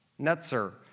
Netzer